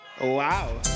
Wow